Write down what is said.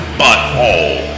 butthole